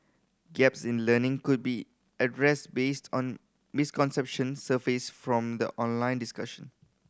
gaps in learning could be addressed based on misconception surfaced from the online discussion